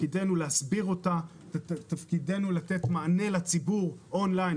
תפקידנו להסביר אותה ולתת לציבור מענה און-ליין,